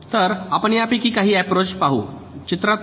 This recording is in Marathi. तर आपण यापैकी काही अप्रोच चित्रात पाहू